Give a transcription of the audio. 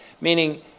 meaning